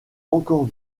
encore